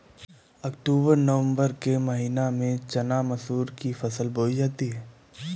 अक्टूबर नवम्बर के महीना में चना मसूर की फसल बोई जाती है?